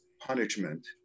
punishment